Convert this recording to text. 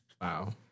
Wow